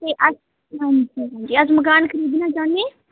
अस हां जी हां जी अस मकान खरीदना चाह्न्नें